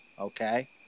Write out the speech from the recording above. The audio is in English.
Okay